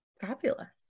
fabulous